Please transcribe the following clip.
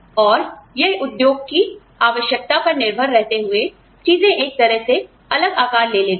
और यह उद्योग की आवश्यकता पर निर्भर रहते हुए चीजें एक तरह से एक अलग आकार ले लेती हैं